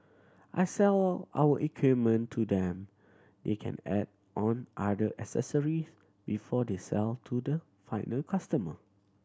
I sell our equipment to them they can add on other accessory before they sell to the final customer